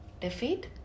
defeat